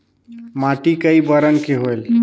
माटी कई बरन के होयल?